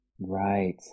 Right